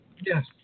Yes